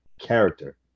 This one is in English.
character